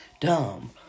dumb